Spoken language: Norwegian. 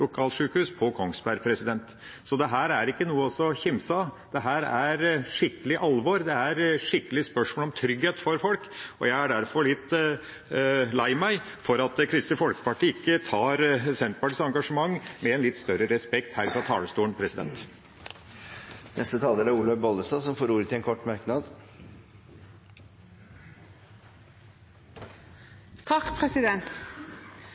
på Kongsberg. Dette er ikke noe å kimse av. Dette er skikkelig alvor. Det er spørsmål om trygghet for folk, og jeg er derfor litt lei meg for at Kristelig Folkeparti ikke har litt større respekt for Senterpartiets engasjement fra denne talerstolen. Representanten Olaug V. Bollestad har hatt ordet to ganger tidligere og får ordet til en kort